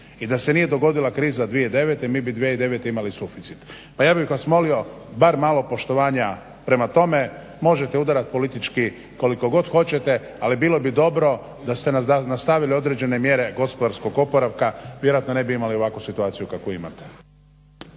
I da se nije dogodila kriza 2009. mi bi 2009. imali suficit. Pa ja bih vas molio bar malo poštovanja prema tome. Možete udarat politički koliko god hoćete, ali bilo bi dobro da ste nastavili određene mjere gospodarskog oporavka vjerojatno ne bi imali ovakvu situaciju kakvu imate.